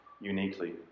uniquely